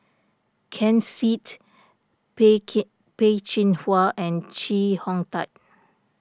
Ken Seet Peh Chin Hua and Chee Hong Tat